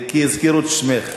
כי הזכירו את שמך.